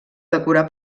decorar